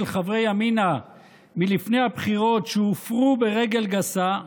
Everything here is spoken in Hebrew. חברי ימינה מלפני הבחירות שהופרו ברגל גסה,